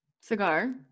Cigar